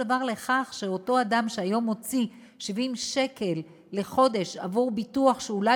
דבר לכך שאותו אדם שהיום הוציא 70 שקל לחודש עבור ביטוח שאולי